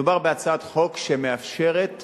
מדובר בהצעת חוק שמאפשרת